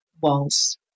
waltz